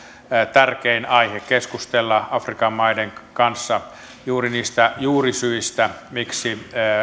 tärkein aihe keskustella afrikan maiden kanssa juuri niistä juurisyistä miksi